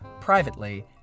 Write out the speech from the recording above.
Privately